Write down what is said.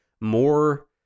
more